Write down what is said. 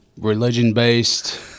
religion-based